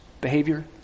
behavior